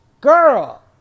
girl